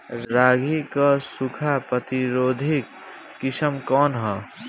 रागी क सूखा प्रतिरोधी किस्म कौन ह?